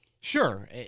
sure